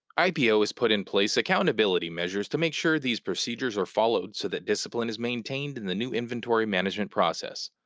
ipo has put in place accountability measures to make sure these procedures are followed so that discipline is maintained in the new inventory management process.